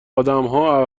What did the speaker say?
ادمها